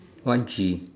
one